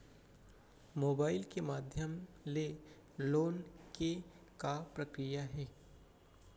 Mobile के माधयम ले लोन के का प्रक्रिया हे?